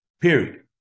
Period